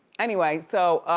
anyway, so